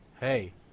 Hey